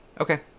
Okay